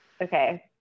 okay